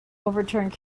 overturned